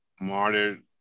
martyred